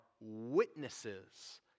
witnesses